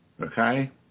Okay